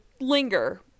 linger